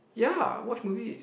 ya watch movies